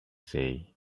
say